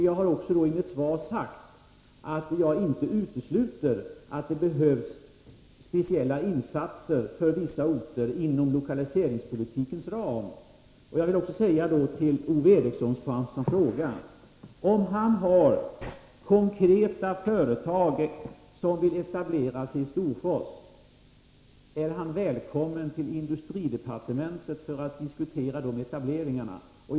Jag har också i mitt svar sagt att jag inte utesluter att det behövs speciella insatser för vissa orter inom lokaliseringspolitikens ram. Jag vill också som svar på Ove Erikssons fråga säga: Om han har konkreta exempel på företag, som vill etablera sig i Storfors, är han välkommen till industridepartementet för att diskutera de etableringarna.